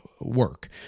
work